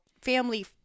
family